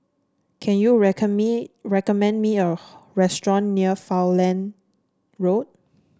can you record me recommend me a restaurant near Falkland Road